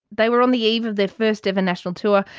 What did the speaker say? they were on the eve of their first-ever national tour.